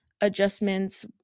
adjustments –